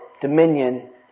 dominion